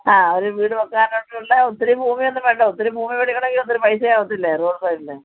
ആ ഒര് വീട് വെക്കാനായിട്ടുള്ള ഒത്തിരി ഭൂമിയൊന്നും വേണ്ട ഒത്തിരി ഭൂമി മേടിക്കണമെങ്കിൽ ഒത്തിരി പൈസയാകത്തില്ലേ റോഡ് സൈഡില്